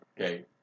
Okay